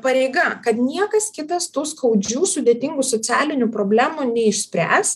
pareiga kad niekas kitas tų skaudžių sudėtingų socialinių problemų neišspręs